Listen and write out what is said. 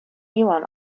elon